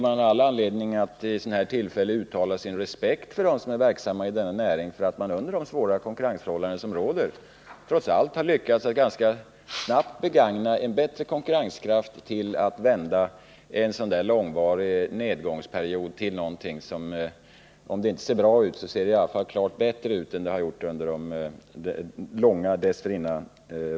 Man har all anledning att vid ett sådant här tillfälle uttala sin respekt för dem som är verksamma i denna näring, för att de under de svåra konkurrensförhållanden som råder trots allt har lyckats att ganska snabbt utnyttja en situation med bättre konkurrenskraft för att vända en långvarig nedgångsperiod till ett läge som — även om det inte ser bra ut — nu ser klart bättre ut än det gjort under en lång period dessförinnan.